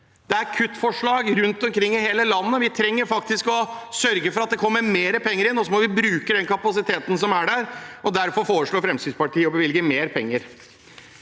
Det er kuttforslag rundt omkring i hele landet. Vi må sørge for at det kommer mer penger inn, og så må vi bruke den kapasiteten som finnes der ute. Derfor foreslår Fremskrittspartiet å bevilge mer penger.